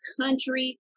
country